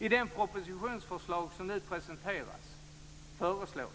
I det propositionsförslag som nu presenteras föreslås